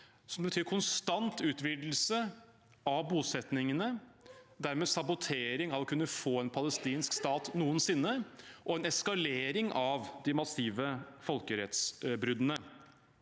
som betyr konstant utvidelse av bosettingene og dermed sabotering av å kunne få en palestinsk stat noensinne og en eskalering av de massive folkerettsbruddene.